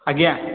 ଆଜ୍ଞା